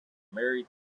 married